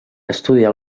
estudià